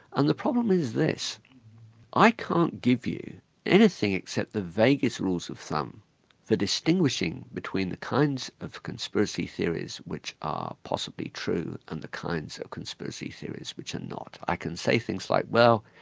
and the problem is this i can't give you anything except the vaguest rules of thumb for distinguishing between the kinds of conspiracy theories which are possibly true, and the kinds of conspiracy theories which are not. i can say things like well,